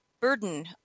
burden